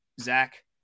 Zach